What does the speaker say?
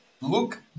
look